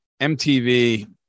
mtv